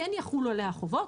כן יחולו עליה החובות,